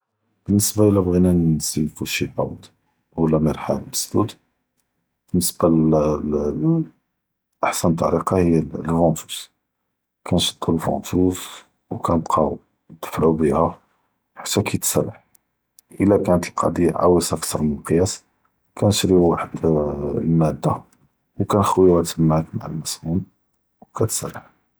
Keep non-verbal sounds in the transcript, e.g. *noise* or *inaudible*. באלניסבה אלא בביג’נא נסרחו שי ח’וד ו לא מרחאד *hesitation* בניסבה לל אהסן ת’וריקה היא אלפונטוז, כנתשדו אלפונטוז ו כנתבקאוו נדפ’עו ביה חתה כיתסרח, אלא כאין אלקצ’יה א’וע’ד מן אלקיאס כנתשרו וחד אלמאדה ו כנתח’לוה תמאק תחיד אלסומום ו כיתסרח.